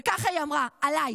וכך היא אמרה עליי: